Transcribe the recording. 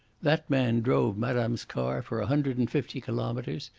that man drove madame's car for a hundred and fifty kilometres,